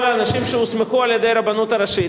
כל האנשים שהוסמכו על-ידי הרבנות הראשית,